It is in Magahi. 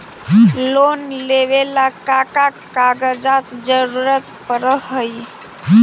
लोन लेवेला का का कागजात जरूरत पड़ हइ?